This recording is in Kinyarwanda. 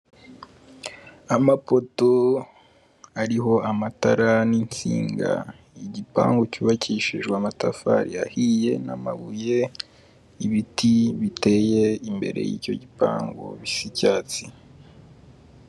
Amapoto ariho amatara n'insinga. Igipangu cyubakishijwe amatafari ahiye n'amabuye, ibiti biteye imbere y'icyo gipangu bisha icyatsi.